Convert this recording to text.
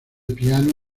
piano